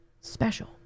special